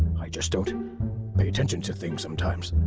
i just don't pay attention to things sometimes.